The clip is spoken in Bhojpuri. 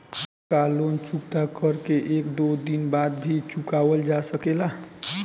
का लोन चुकता कर के एक दो दिन बाद भी चुकावल जा सकेला?